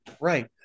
Right